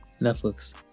Netflix